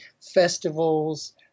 festivals